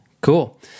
Cool